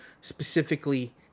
specifically